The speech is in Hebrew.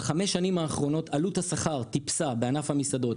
בחמש השנים האחרונות עלות השכר טיפסה בענף המסעדות